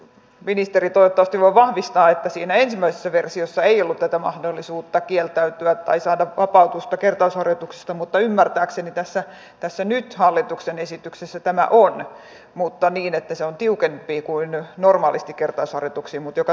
ministeri toivottavasti voi vahvistaa että siinä ensimmäisessä versiossa ei ollut tätä mahdollisuutta kieltäytyä tai saada vapautusta kertausharjoituksista mutta ymmärtääkseni nyt tässä hallituksen esityksessä tämä on mutta niin että se on tiukempi kuin normaalisti kertausharjoituksiin liittyen mutta joka tapauksessa